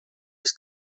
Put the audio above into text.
els